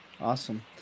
awesome